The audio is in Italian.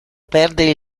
perde